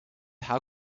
how